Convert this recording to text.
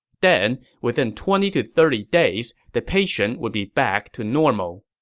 then, within twenty to thirty days, the patient would be back to normal